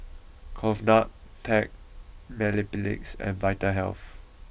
Convatec Mepilex and Vitahealth